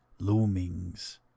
Loomings